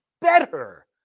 better